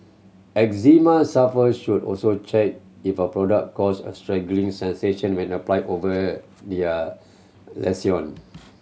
eczema sufferers should also check if a product cause a sensation when applied over their lesion